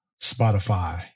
Spotify